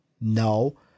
No